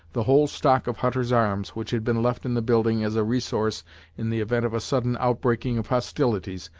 the whole stock of hutter's arms, which had been left in the building as a resource in the event of a sudden outbreaking of hostilities,